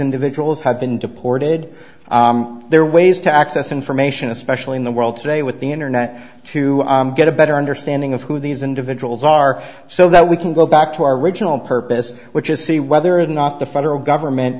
individuals have been deported their ways to access information especially in the world today with the internet to get a better understanding of who these individuals are so that we can go back to our original purpose which is see whether or not the federal government